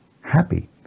happy